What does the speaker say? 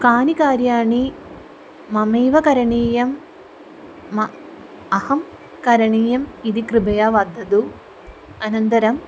कानि कार्याणि ममैव करणीयं म अहं करणीयम् इति कृपया वदतु अनन्तरम्